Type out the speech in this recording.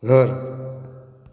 घर